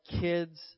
kids